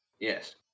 Yes